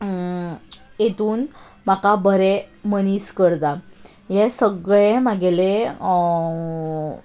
हातूंत म्हाका बरें मनीस करता हें सगळें म्हगेलें